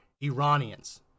Iranians